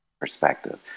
perspective